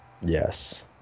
Yes